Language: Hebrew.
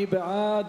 מי בעד,